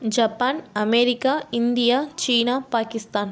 Japan America India China Pakistan